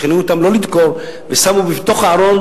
והם שכנעו אותם לא לדקור ושמו בתוך הארון